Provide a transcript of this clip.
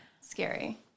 scary